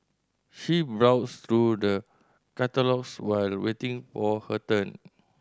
she browsed through the catalogues while waiting for her turn